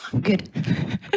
good